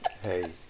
Hey